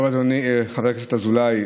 טוב, אדוני חבר הכנסת אזולאי,